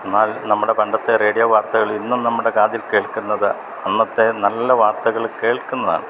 എന്നാൽ നമ്മുടെ പണ്ടത്തെ റേഡിയോ വാർത്തകളിന്നും നമ്മുടെ കാതിൽ കേൾക്കുന്നത് അന്നത്തെ നല്ല വാർത്തകള് കേൾക്കുന്നതാണ്